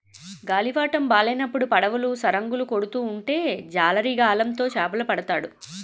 గాలివాటము బాలేనప్పుడు పడవలు సరంగులు కొడుతూ ఉంటే జాలరి గాలం తో చేపలు పడతాడు